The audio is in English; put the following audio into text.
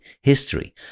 history